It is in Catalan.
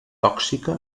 tòxica